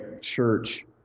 church